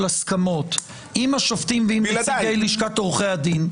הסכמות עם השופטים ולשכת עורכי הדין.